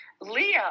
leo